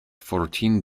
fourteen